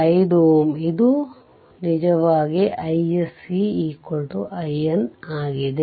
65Ω ಇದು ಇದು ನಿಜವಾಗಿ iSC IN ಆಗಿದೆ